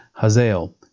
Hazael